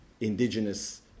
indigenous